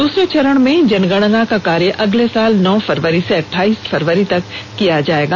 दूसरे चरण में जनगणना का कार्य अगले साल नौ फरवरी से अठाईस फरवरी तक किया जाएगा